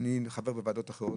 שאני חבר בוועדות אחרות,